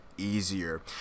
easier